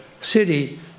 city